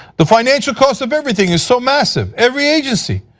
the financial cost of everything is so massive, every agency.